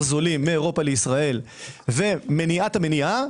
זולים מאירופה לישראל ומניעת המניעה,